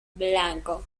blanco